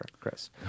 Chris